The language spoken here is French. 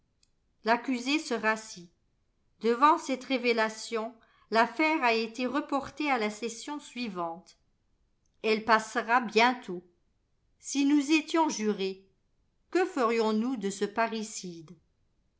l'accusé se rassit devant cette révélation l'affaire a été reportée à la session suivante elle passera bientôt si nous étions jurés que ferions-nous de ce parricide